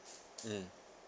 mm